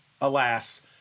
Alas